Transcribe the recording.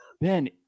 Ben